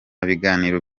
biganiro